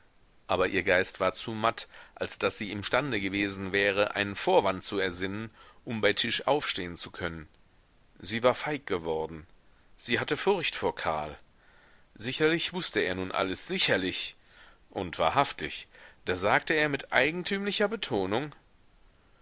aber ihr geist war zu matt als daß sie imstande gewesen wäre einen vorwand zu ersinnen um bei tisch aufstehen zu können sie war feig geworden sie hatte furcht vor karl sicherlich wußte er nun alles sicherlich und wahrhaftig da sagte er mit eigentümlicher betonung